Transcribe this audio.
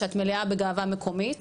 שאת מלאה בגאווה מקומית,